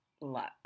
luck